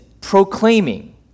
proclaiming